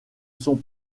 sont